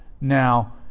Now